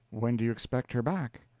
when do you expect her back?